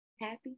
Happy